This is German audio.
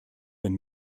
wenn